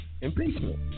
impeachment